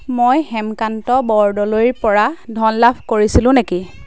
মই হেমকান্ত বৰদলৈৰপৰা ধন লাভ কৰিছিলোঁ নেকি